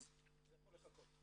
אז זה יכול לחכות.